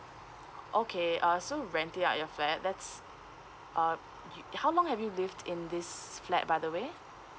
okay uh so renting out your flat that's uh how long have you lived in this flat by the way